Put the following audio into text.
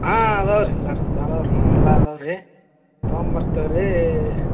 ಆಂ ಇದಾವೆ ರೀ ಸರ್ ಇದಾವೆ ರೀ ನಮ್ದು ಎಲ್ಲ ಇದಾವೆ ರೀ ತಗೊಂಬರ್ತೀವಿ ರೀ